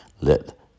let